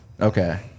Okay